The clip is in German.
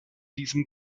diesem